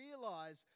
realize